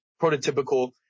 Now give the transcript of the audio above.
prototypical